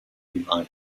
line